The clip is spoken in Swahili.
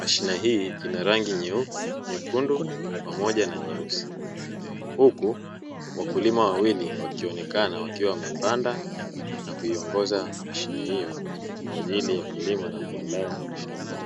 Mashine hii ina rangi nyeupe, nyekundu pamoja na nyeusi. Huku wakulima wawili wakionekana wakiwa wamepanda na kuiongoza mashine hiyo kwa ajili ya kulima na kuandaa shamba.